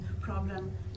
problem